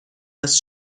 است